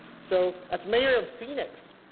so as mayor of phoenix,